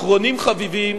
אחרונים חביבים,